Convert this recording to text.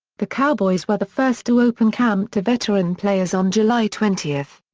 the cowboys were the first to open camp to veteran players on july twenty.